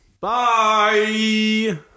Bye